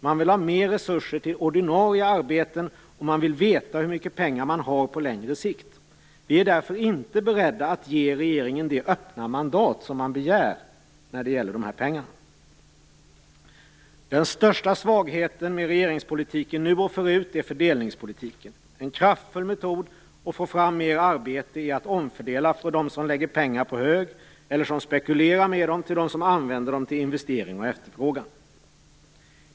De vill ha mer resurser till ordinarie arbeten, och de vill veta hur mycket pengar de har på längre sikt. Vi är därför inte beredda att ge regeringen det öppna mandat som den begär när det gäller dessa pengar. Den största svagheten med regeringspolitiken nu och tidigare är fördelningspolitiken. En kraftfull metod att få fram mer arbete är att omfördela från dem som lägger pengar på hög eller som spekulerar med dem till dem som använder dem till investering och efterfrågan.